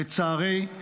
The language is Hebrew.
לצערי,